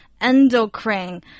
endocrine